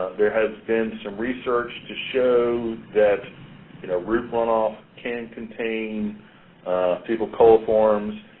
there has been some research to show that you know roof runoff can contain fecal coliforms.